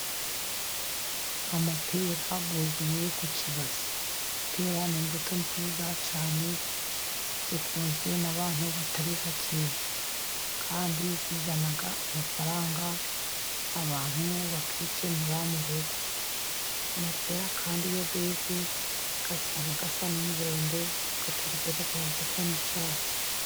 Amapera yuzuye ku kibase. Amapera ni imbuto nziza cyane, zikunzwe n'abantu batari bake, kandi zizana amafaranga. Abantu bakikenura mu rugo. Amapera kandi iyo yeze aba asa n'umuhondo, atarera aba asa n'icyatsi.